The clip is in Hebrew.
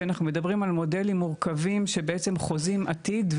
כי אנחנו מדברים על מודלים מורכבים שבעצם חוזים עתיד,